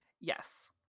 yes